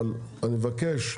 אבל אני מבקש,